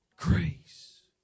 Grace